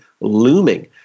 looming